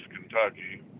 kentucky